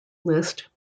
list